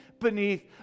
beneath